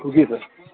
جی سر